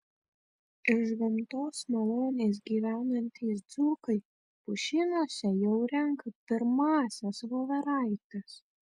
iš gamtos malonės gyvenantys dzūkai pušynuose jau renka pirmąsias voveraites